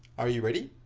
are you ready?